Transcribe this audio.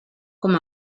com